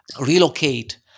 relocate